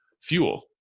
fuel